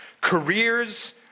careers